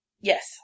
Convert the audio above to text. Yes